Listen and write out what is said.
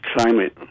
climate